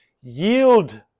yield